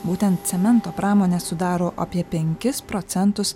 būtent cemento pramonė sudaro apie penkis procentus